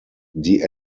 die